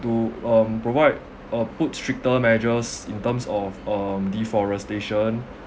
to um provide uh put stricter measures in terms of um deforestation